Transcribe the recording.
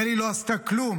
מילא שהיא לא עשתה כלום,